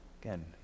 Again